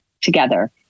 together